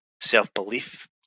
self-belief